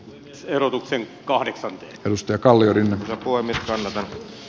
erotuksen kahdeksan risto kalliorinne voimistamista